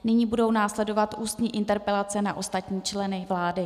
Nyní budou následovat ústní interpelace na ostatní členy vlády.